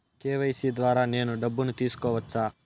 KYC ద్వారా నేను డబ్బును తీసుకోవచ్చా?